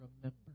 remember